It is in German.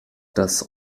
das